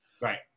Right